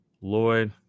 lloyd